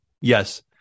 yes